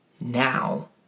now